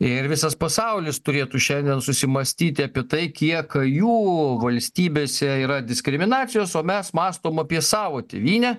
ir visas pasaulis turėtų šiandien susimąstyti apie tai kiek jų valstybėse yra diskriminacijos o mes mąstom apie savo tėvynę